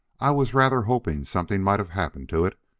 i was rather hoping something might have happened to it.